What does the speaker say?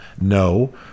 no